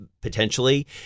potentially